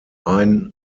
ein